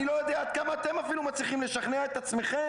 אני לא יודע עד כמה אתם אפילו מצליחים לשכנע את עצמכם.